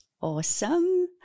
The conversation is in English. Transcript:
Awesome